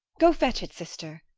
go fetch it, sister.